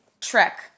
Trek